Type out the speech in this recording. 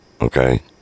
okay